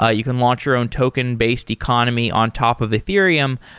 ah you can launch your own token-based economy on top of ethereum,